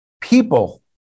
people